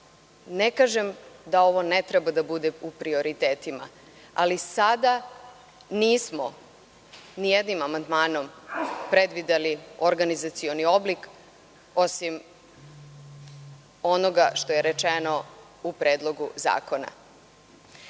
Ne kažem da ovo ne treba da bude u prioritetima, ali sada nismo nijednim amandmanom predvideli organizacioni oblik osim onoga što je rečeno u predlogu zakona.U